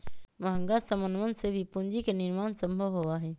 महंगा समनवन से भी पूंजी के निर्माण सम्भव होबा हई